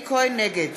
נגד